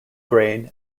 grain